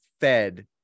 fed